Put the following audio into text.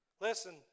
Listen